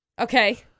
Okay